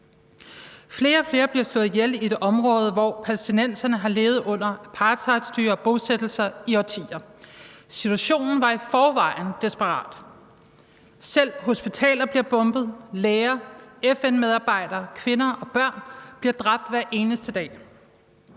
Flere og flere bliver slået ihjel i det område, hvor palæstinenserne har levet under apartheidstyre og med bosættelser i årtier. Situationen var i forvejen desperat. Selv hospitaler bliver bombet. Læger, FN-medarbejdere, kvinder og børn bliver dræbt hver eneste dag.